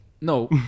no